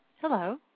Hello